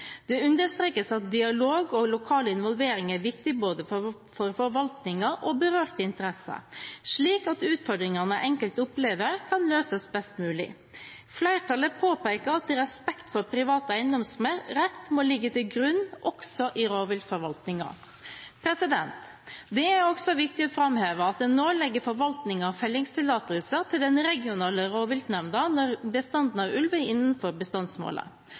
Det understrekes at dialog og lokal involvering er viktig for både forvaltningen og berørte interesser, slik at utfordringene enkelte opplever, kan løses best mulig. Flertallet påpeker at respekt for privat eiendomsrett må ligge til grunn også i rovviltforvaltningen. Det er også viktig å framheve at en nå legger forvaltningen av fellingstillatelser til den regionale rovviltnemnda når bestanden av ulv er innenfor bestandsmålet.